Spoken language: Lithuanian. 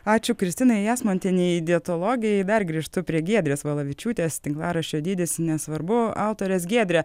ačiū kristinai jasmontienei dietologei dar grįžtu prie giedrės valavičiūtės tinklaraščio dydis nesvarbu autorės giedre